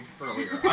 earlier